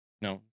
No